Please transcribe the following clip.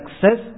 success